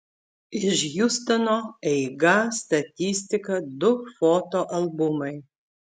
iš hjustono eiga statistika du foto albumai